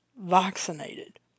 Vaccinated